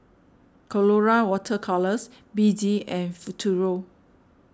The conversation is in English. Colora Water Colours B D and Futuro